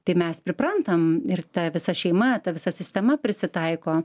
tai mes priprantam ir ta visa šeima ta visa sistema prisitaiko